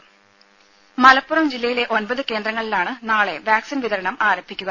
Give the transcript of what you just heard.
ദര മലപ്പുറം ജില്ലയിലെ ഒമ്പത് കേന്ദ്രങ്ങളിലാണ് നാളെ വാക്സിൻ വിതരണം ആരംഭിക്കുക